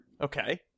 Okay